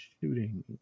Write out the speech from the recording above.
Shooting